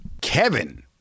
Kevin